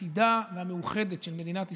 היחידה והמאוחדת של מדינת ישראל,